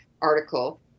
article